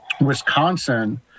Wisconsin